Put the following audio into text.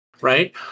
right